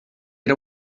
era